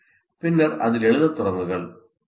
பின்னர் அதில் எழுதத் தொடங்குங்கள்